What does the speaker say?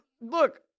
Look